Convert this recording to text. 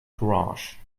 courage